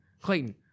Clayton